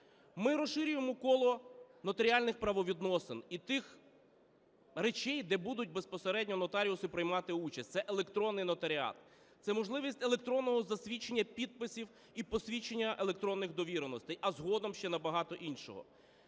Ми розширюємо коло нотаріальних правовідносин і тих речей, де будуть безпосередньо нотаріуси приймати участь. Це електронний нотаріат. Це можливість електронного засвідчення підписів і посвідчення електронних довіреностей, а згодом ще набагато іншого.